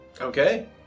Okay